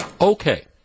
Okay